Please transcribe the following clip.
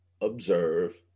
observe